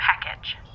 package